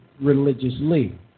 religiously